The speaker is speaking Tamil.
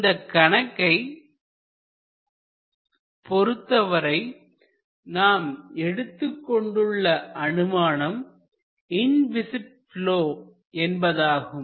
இந்தக் கணக்கை பொருத்தவரை நாம் எடுத்துக் கொண்டுள்ள அனுமானம் இன்விஸிட் ப்லொ என்பதாகும்